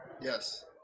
Yes